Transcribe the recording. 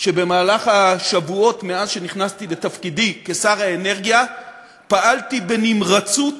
שבמהלך השבועות מאז נכנסתי לתפקידי כשר האנרגיה פעלתי בנמרצות